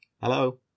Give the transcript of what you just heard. Hello